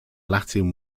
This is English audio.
latin